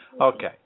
okay